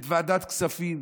את ועדת הכספים,